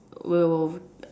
will